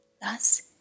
Thus